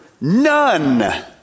none